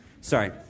Sorry